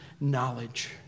knowledge